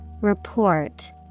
Report